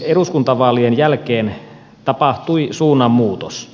eduskuntavaalien jälkeen tapahtui suunnanmuutos